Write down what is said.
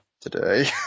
today